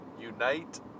Unite